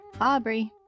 Aubrey